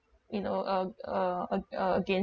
you know uh uh uh uh against